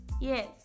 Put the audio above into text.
Yes